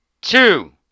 Two